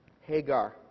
Hagar